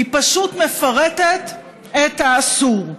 היא פשוט מפרטת את האסור.